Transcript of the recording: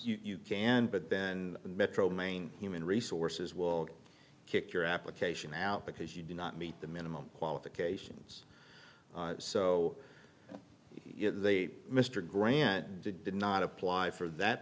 it's you can but then metro maine human resources will kick your application out because you do not meet the minimum qualifications so you know they mr grant did did not apply for that